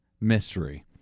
mystery